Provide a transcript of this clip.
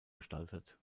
gestaltet